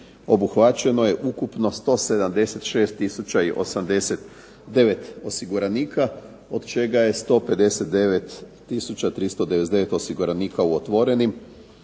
obuhvaćeno je ukupno 176 tisuća i 89 osiguranika, od čega je 159 tisuća 399 osiguranika u otvorenim